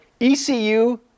ECU